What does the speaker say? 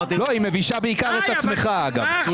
הוא נעלב כי אמרתי --- לא,